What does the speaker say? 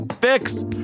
Fix